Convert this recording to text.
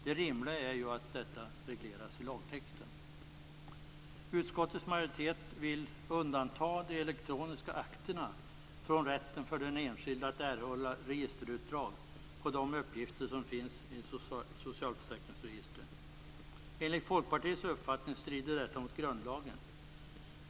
Det rimliga är ju att det regleras i lagtexten. Utskottets majoritet vill undanta de elektroniska akterna från rätten för den enskilde att erhålla registerutdrag på de uppgifter som finns i socialförsäkringsregistren. Enligt Folkpartiets uppfattning strider detta mot grundlagen.